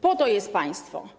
Po to jest państwo.